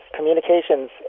communications